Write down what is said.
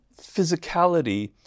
physicality